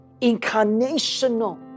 Incarnational